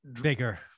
bigger